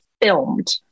filmed